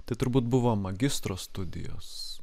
tai turbūt buvo magistro studijos